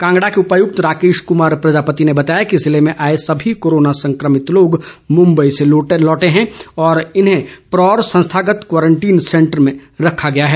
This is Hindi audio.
कांगडा के उपायक्त राकेश कमार प्रजापति ने बताया कि जिले में आए सभी कोरोना संक्रमित लोग मुंबई से लौटे हैं और इन्हें परौर संस्थागत क्वारंटीन सेंटर में रखा गया था